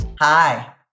Hi